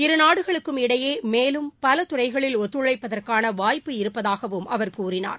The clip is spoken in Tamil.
இருநாடுகளுக்கும் இடையே மேலும் பல துறைகளில் ஒத்துழைப்பதற்கான வாய்ப்பு இருப்பதாகவும் அவர் கூறினார்